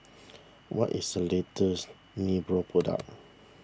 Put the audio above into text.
what is the latest Nepro product